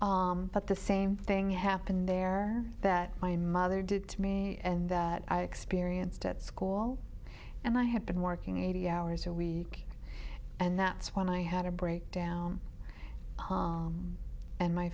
but the same thing happened there that my mother did to me and that i experienced at school and i had been working eighty hours a week and that's when i had a breakdown and my